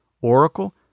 Oracle